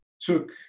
took